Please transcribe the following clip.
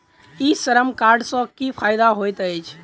ई श्रम कार्ड सँ की फायदा होइत अछि?